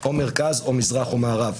מרכז, מזרח או מערב?